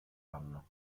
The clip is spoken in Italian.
anno